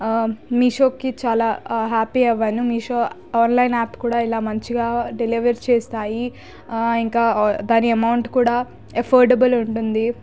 మీషోకి చాలా హ్యాపీగా ఉన్నాను మీషో ఆన్లైన్ యాప్ కూడా ఇలా మంచిగా డెలివరీ చేస్తాయి ఇంకా అమౌంట్ కూడా ఎఫ్పోర్టబుల్ ఉంటుంది